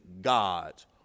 God's